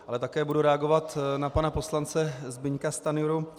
Ale také budu reagovat na pana poslance Zbyňka Stanjuru.